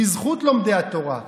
בזכות לומדי התורה,